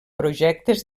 projectes